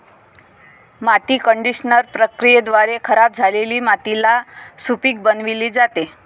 माती कंडिशनर प्रक्रियेद्वारे खराब झालेली मातीला सुपीक बनविली जाते